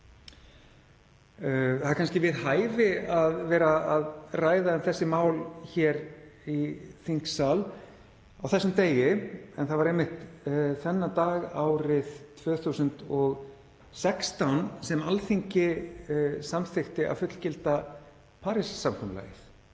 Það er kannski við hæfi að ræða þessi mál hér í þingsal á þessum degi. Það var einmitt þennan dag árið 2016 sem Alþingi samþykkti að fullgilda Parísarsamkomulagið,